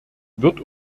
wird